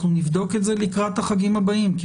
אנחנו נבדוק את זה לקראת החגים הבאים.